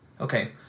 Okay